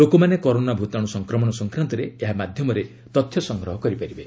ଲୋକମାନେ କରୋନା ଭୂତାଣୁ ସଂକ୍ରମଣ ସଂକ୍ରାନ୍ତରେ ଏହା ମାଧ୍ୟମରେ ତଥ୍ୟ ସଂଗ୍ରହ କରିପାରିବେ